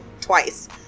twice